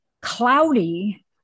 cloudy